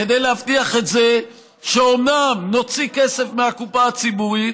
כדי להבטיח את זה שאומנם נוציא כסף מהקופה הציבורית,